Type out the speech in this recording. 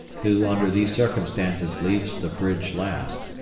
who, under these circumstances leaves the bridge last,